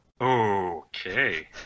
Okay